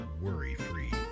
worry-free